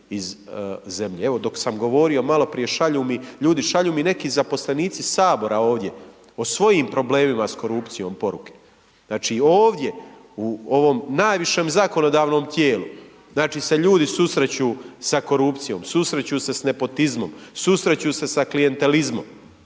dok sam govorio maloprije šalju mi ljudi, šalju mi neki zaposlenici Sabora ovdje o svojim problemima s korupcijom poruke, znači ovdje, u ovom najvišem zakonodavnom tijelu, znači se ljudi susreću s korupcijom, susreću se s nepotizmom, susreću se sa klijentizmom.